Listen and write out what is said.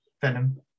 Venom